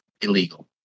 illegal